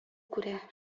күрә